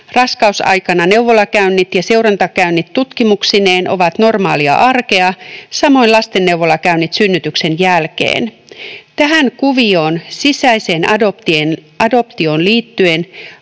raskausaikana neuvolakäynnit ja seurantakäynnit tutkimuksineen ovat normaalia arkea, samoin lastenneuvolakäynnit synnytyksen jälkeen. Tähän kuvioon sisäiseen adoptioon liittyen